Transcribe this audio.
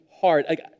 hard